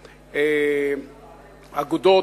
אגודות,